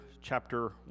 chapter